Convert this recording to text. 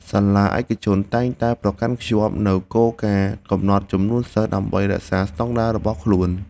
សាលាឯកជនតែងតែប្រកាន់ខ្ជាប់នូវគោលការណ៍កំណត់ចំនួនសិស្សដើម្បីរក្សាស្តង់ដាររបស់ខ្លួន។